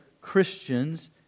Christians